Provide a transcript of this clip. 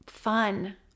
fun